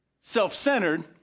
self-centered